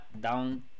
Down